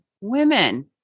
women